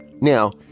Now